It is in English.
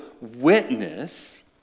witness